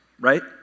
right